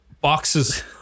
boxes